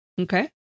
Okay